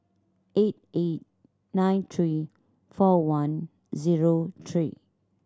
eight eight nine three four one zero three